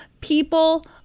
People